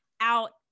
out